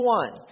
one